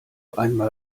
einmal